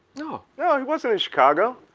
no. yeah he wasn't in chicago.